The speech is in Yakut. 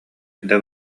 эрдэ